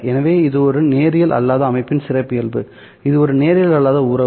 எனவே இது ஒரு நேரியல் அல்லாத அமைப்பின் சிறப்பியல்பு இது ஒரு நேரியல் அல்லாத உறவு